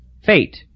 Fate